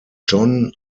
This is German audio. john